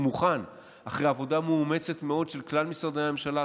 הוא מוכן אחרי עבודה מאומצת מאוד של כלל משרדי הממשלה.